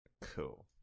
Cool